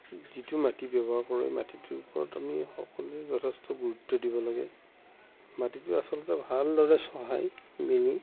যিটো মাটি ব্যৱহাৰ কৰোঁ সেই মাটিটোৰ ওপৰত আমি সকলোৱে যথেষ্ট গুৰুত্ব দিব লাগে মাটিটো আচলতে ভালদৰে চহাই মেলি